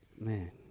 Man